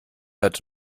hat